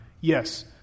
yes